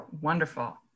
wonderful